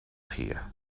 here